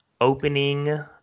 opening